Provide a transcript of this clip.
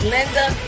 Linda